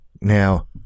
Now